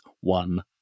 one